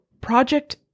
Project